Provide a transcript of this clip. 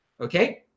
Okay